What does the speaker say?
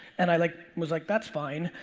and i like was like, that's fine.